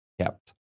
kept